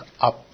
up